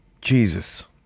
Jesus